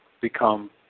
become